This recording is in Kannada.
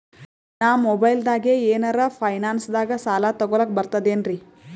ನಾ ಮೊಬೈಲ್ದಾಗೆ ಏನರ ಫೈನಾನ್ಸದಾಗ ಸಾಲ ತೊಗೊಲಕ ಬರ್ತದೇನ್ರಿ?